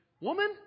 Woman